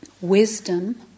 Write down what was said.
wisdom